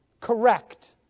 correct